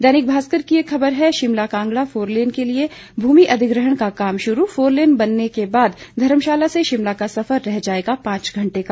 दैनिक भास्कर की एक खबर है शिमला कांगड़ा फोरलेन के लिये भूमि अधिग्रहण का काम शुरू फोरलेन बनने के बाद धर्मशाला से शिमला का सफर रह जाएगा पांच घंटे का